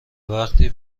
وقتی